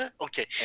Okay